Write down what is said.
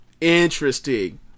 Interesting